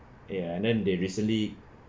ya and then they recently